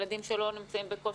ילדים שלא נמצאים בכושר,